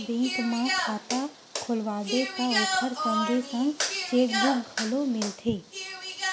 bank म खाता खोलवाबे त ओखर संगे संग चेकबूक घलो मिलथे